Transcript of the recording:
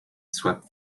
swept